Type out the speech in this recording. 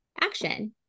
action